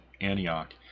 Antioch